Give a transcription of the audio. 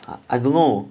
I don't know